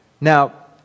Now